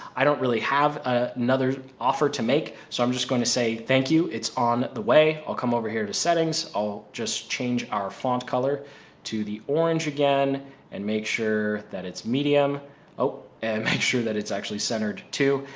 i don't really have ah another offer to make. so i'm just going to say, thank you. it's on the way i'll come over here to settings. i'll just change our font color to the orange again and make sure that it's medium and make sure that it's actually centered too.